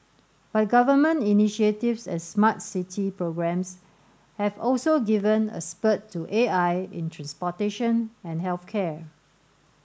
but government initiatives and smart city programs have also given a spurt to A I in transportation and health care